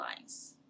lines